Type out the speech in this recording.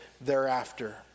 thereafter